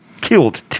killed